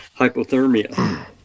hypothermia